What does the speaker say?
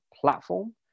platform